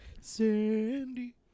Sandy